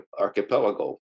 archipelago